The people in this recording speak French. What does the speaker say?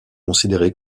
considéré